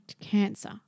cancer